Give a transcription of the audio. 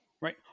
Right